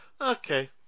okay